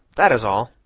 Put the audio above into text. that is all.